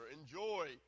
enjoy